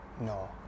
No